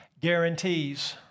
guarantees